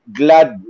glad